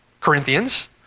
Corinthians